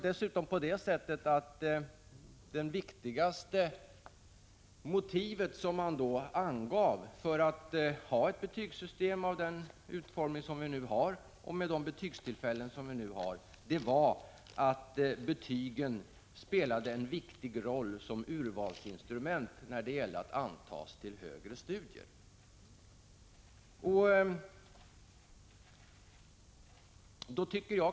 Dessutom var ju det viktigaste motivet som angavs för ett betygssystem av den utformning och med de betygstillfällen som vi nu har att betygen spelade en viktig roll som urvalsinstrument för antagning till högre studier.